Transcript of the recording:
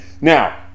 now